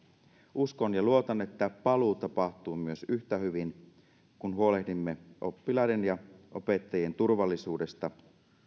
uskon ja luotan että paluu tapahtuu myös yhtä hyvin kun huolehdimme oppilaiden ja opettajien turvallisuudesta